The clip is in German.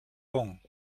bon